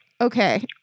Okay